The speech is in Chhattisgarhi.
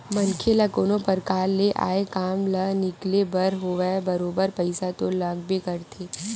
मनखे ल कोनो परकार ले आय काम ल निकाले बर होवय बरोबर पइसा तो लागबे करथे